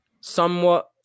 Somewhat